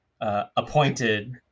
appointed